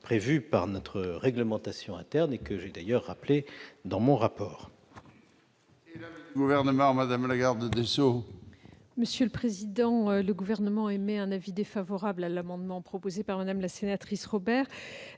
prévues par notre réglementation interne, et que j'ai d'ailleurs rappelées dans mon rapport.